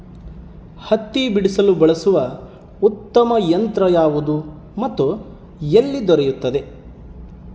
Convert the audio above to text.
ಹತ್ತಿ ಬಿಡಿಸಲು ಬಳಸುವ ಉತ್ತಮ ಯಂತ್ರ ಯಾವುದು ಮತ್ತು ಎಲ್ಲಿ ದೊರೆಯುತ್ತದೆ?